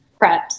preps